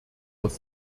aus